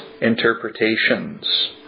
interpretations